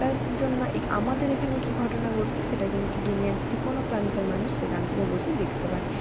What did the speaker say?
তার জন্য এই আমাদের এইখানে কি ঘটনা ঘটছে সেটা কিন্তু দুনিয়ার যে কোনও প্রান্তের মানুষ সেখান থেকে বসে দেখতে পায়